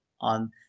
on